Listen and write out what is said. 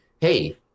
Hey